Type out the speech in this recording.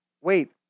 Wait